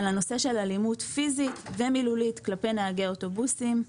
יש נושא של אלימות פיזית ומילולית כלפי נהגי אוטובוסים,